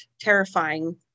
terrifying